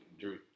Drew